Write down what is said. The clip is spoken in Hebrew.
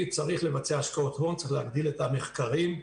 צריך לבצע השקעות הון וצריך להגדיל את המחקרים.